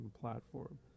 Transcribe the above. platform